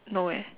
no eh